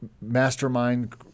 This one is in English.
mastermind